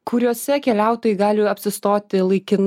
kuriuose keliautojai gali apsistoti laikinai